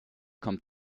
kommt